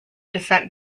descent